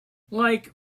like